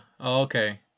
Okay